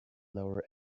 lower